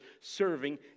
serving